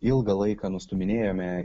ilgą laiką nustūminėjome